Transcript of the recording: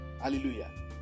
Hallelujah